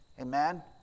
Amen